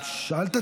זכיתי